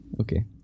Okay